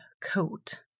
coat